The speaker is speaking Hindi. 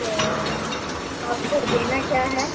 तो आपको लेना क्या है